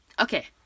Okay